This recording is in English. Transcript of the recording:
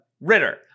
Ritter